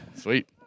Sweet